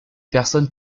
personne